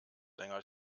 länger